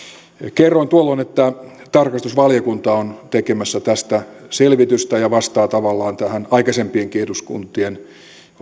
kerroin tuolloin että tarkastusvaliokunta on tekemässä tästä selvitystä ja vastaa tavallaan tähän aikaisempienkin eduskuntien